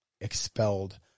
expelled